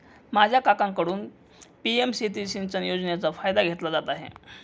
माझा काकांकडून पी.एम शेती सिंचन योजनेचा फायदा घेतला जात आहे